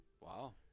Wow